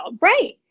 right